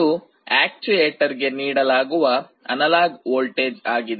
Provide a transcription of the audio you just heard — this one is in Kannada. ಇದು ಆಕ್ಟುಏಟರ್ಗೆ ನೀಡಲಾಗುವ ಅನಲಾಗ್ ವೋಲ್ಟೇಜ್ ಆಗಿದೆ